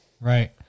Right